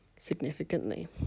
significantly